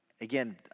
Again